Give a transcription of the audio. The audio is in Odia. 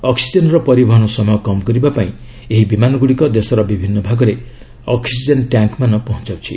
ଅକ୍ୱିଜେନ୍ର ପରିବହନ ସମୟ କମ୍ କରିବାପାଇଁ ଏହି ବିମାନଗୁଡ଼ିକ ଦେଶର ବିଭିନ୍ନ ଭାଗରେ ଅକ୍ଟିଜେନ୍ ଟ୍ୟାଙ୍କ୍ମାନ ପହଞ୍ଚାଉଛି